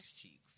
cheeks